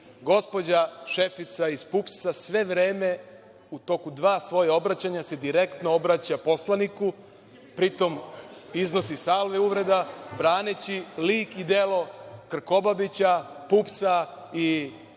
gospođa šefica iz PUPS-a sve vreme, u toku dva svoja obraćanja, se direktno obraća poslaniku, pri tome iznosi salve uvreda, braneći lik i delo Krkobabića, PUPS-a i prikazujući